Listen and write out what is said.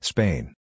Spain